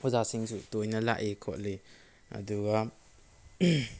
ꯑꯣꯖꯥꯁꯤꯡꯁꯨ ꯇꯣꯏꯅ ꯂꯥꯛꯏ ꯈꯣꯠꯂꯤ ꯑꯗꯨꯒ